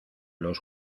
los